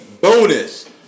bonus